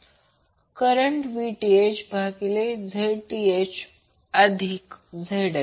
प्रवाह Vth भागिले Zth अधिक ZL